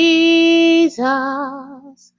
Jesus